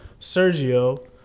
Sergio